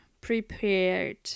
prepared